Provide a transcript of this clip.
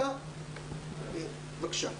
בבקשה.